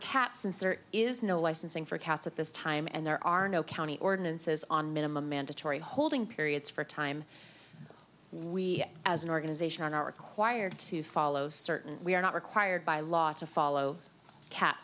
search is no licensing for cats at this time and there are no county ordinances on minimum mandatory holding periods for time we as an organization are not required to follow certain we are not required by law to follow cat